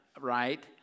right